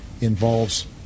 involves